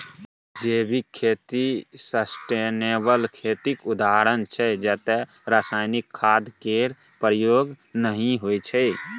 जैविक खेती सस्टेनेबल खेतीक उदाहरण छै जतय रासायनिक खाद केर प्रयोग नहि होइ छै